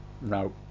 No